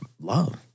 love